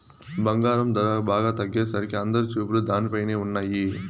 బంగారం ధర బాగా తగ్గేసరికి అందరి చూపులు దానిపైనే ఉన్నయ్యి